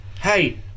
Hey